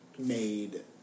Made